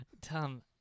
Tom